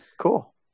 Cool